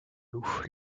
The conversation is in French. loup